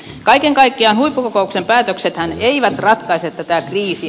kaiken kaikkiaan huippukokouksen päätöksethän eivät ratkaise tätä kriisiä